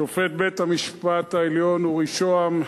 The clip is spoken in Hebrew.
שופט בית-המשפט העליון אורי שהם,